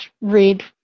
read